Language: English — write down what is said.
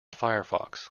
firefox